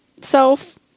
self